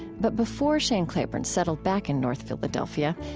but before shane claiborne settled back in north philadelphia,